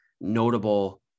notable